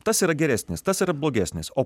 tas yra geresnis tas yra blogesnis o